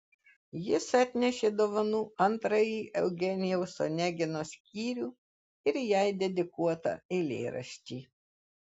jis atnešė dovanų antrąjį eugenijaus onegino skyrių ir jai dedikuotą eilėraštį